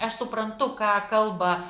aš suprantu ką kalba